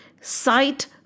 sight